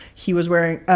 he was wearing,